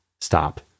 stop